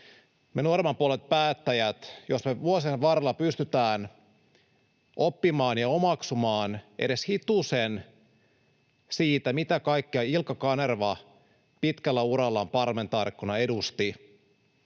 me nuoremman polven päättäjät vuosien varrella pystytään oppimaan ja omaksumaan edes hitusen siitä, mitä kaikkea Ilkka Kanerva pitkällä urallaan parlamentaarikkona edusti